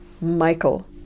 Michael